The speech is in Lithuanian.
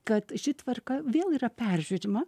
kad ši tvarka vėl yra peržiūrima